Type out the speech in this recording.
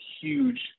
huge